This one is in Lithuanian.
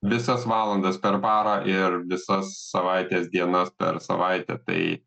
visas valandas per parą ir visas savaitės dienas per savaitę tai